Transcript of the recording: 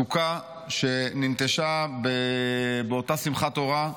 סוכה שננטשה באותה שמחת תורה,